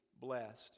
blessed